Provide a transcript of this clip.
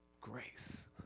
grace